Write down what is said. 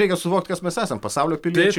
reikia suvokt kas mes esam pasaulio piliečiai